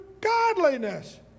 godliness